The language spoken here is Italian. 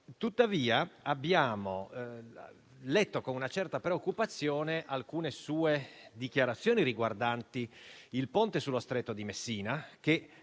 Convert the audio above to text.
Tuttavia, abbiamo letto con una certa preoccupazione alcune sue dichiarazioni riguardanti il ponte sullo Stretto di Messina, che